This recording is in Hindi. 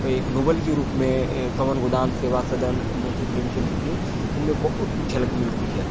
वो एक नोबेल के रूप में अ गबन गोदान सेवा सदन मुंशी प्रेमचंद के इनमें बहुत कुछ झलक मिलती है